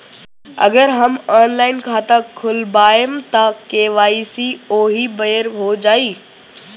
अगर हम ऑनलाइन खाता खोलबायेम त के.वाइ.सी ओहि बेर हो जाई